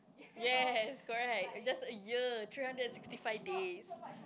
yes correct just a year three hundred and sixty five days